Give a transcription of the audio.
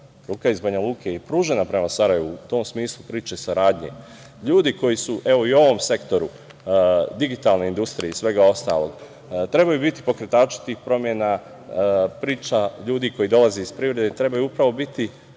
ruka iz Banja Luke i pružena prema Sarajevu u tom smislu priče saradnje. Ljudi koji su, evo i u ovom sektoru digitalne industrije i svega ostalog trebaju biti pokretači tih promena, priča ljudi koji dolaze iz privrede trebaju upravu biti